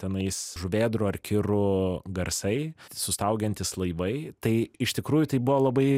tenais žuvėdrų ar kirų garsai sustaugiantys laivai tai iš tikrųjų tai buvo labai